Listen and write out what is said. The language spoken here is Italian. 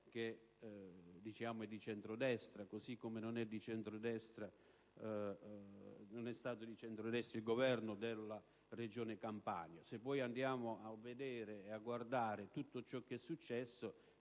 Napoli non è di centrodestra, così come non è stato di centrodestra il governo della Regione Campania. Se andiamo a vedere tutto ciò che è successo,